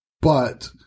But-